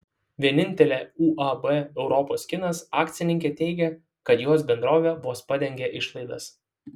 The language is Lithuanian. vienintelė uab europos kinas akcininkė teigia kad jos bendrovė vos padengia išlaidas